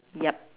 yup